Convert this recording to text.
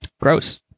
Gross